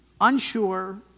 unsure